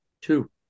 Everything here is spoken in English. Two